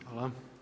Hvala.